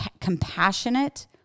compassionate